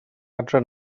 adre